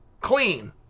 clean